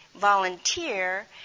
volunteer